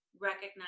recognize